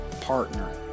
partner